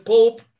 Pope